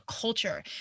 culture